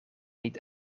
niet